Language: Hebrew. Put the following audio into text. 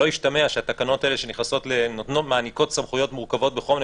שלא ישתמע שהתקנות האלה שמעניקות סמכויות מורכבות בכל מיני